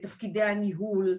בתפקידי הניהול,